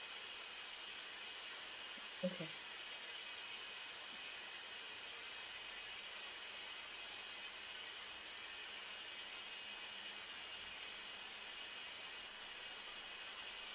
okay